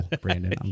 Brandon